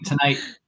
Tonight